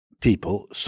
people